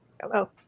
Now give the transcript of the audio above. Hello